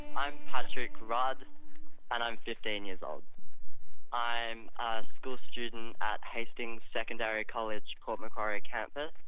i'm patrick rudd and i'm fifteen years old i'm a school student at hastings secondary college, port macquarie campus,